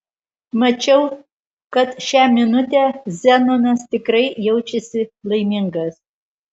mačiau kad šią minutę zenonas tikrai jaučiasi laimingas